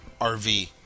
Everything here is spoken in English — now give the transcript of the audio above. RV